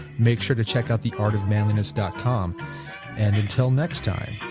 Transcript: make sure to check out the artofmanliness dot com and until next time,